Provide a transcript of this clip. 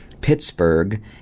Pittsburgh